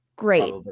Great